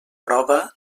prova